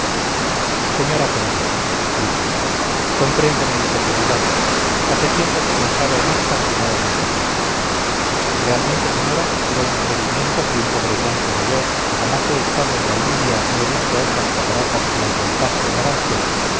señora condesa dije comprendo mi inferioridad hace tiempo que pensaba en esto y nada me asombra realmente señora era un atrevimiento que un pobretón como yo que jamás he estado en la india ni he visto otras cataratas que las del tajo en aranjuez